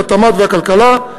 עם התמ"ת והכלכלה,